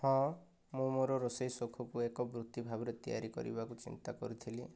ହଁ ମୁଁ ମୋର ରୋଷେଇ ସଉକକୁ ଏକ ବୃତ୍ତି ଭାବରେ ତିଆରି କରିବାକୁ ଚିନ୍ତା କରିଥିଲି